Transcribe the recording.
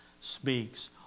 speaks